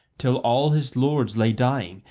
till all his lords lay dying,